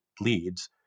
leads